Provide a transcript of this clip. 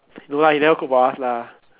no lah he never cook for us lah